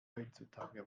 heutzutage